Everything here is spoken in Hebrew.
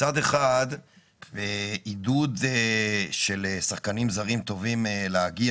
מצד אחד עידוד של שחקנים זרים טובים להגיע